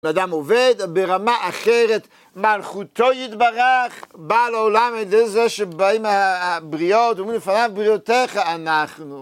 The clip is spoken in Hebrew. אדם עובד ברמה אחרת, מלכותו יתברך, בא לעולם הזה שבאים הבריאות, אומרים לפניו בריותיך אנחנו.